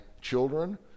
children